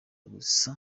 gusa